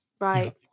right